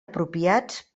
apropiats